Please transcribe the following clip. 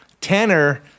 Tanner